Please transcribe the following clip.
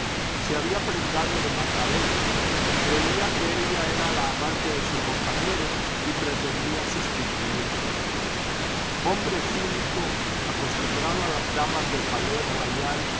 se había prendado de magdalena creía que ella era la amante de su compañero y pretendía sustituirle hombre cínico acostumbrado a las damas del palais